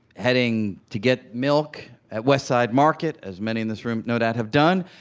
heading to get milk at westside market, as many in this room no doubt have done,